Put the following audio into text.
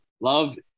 Love